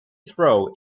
throw